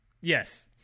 Yes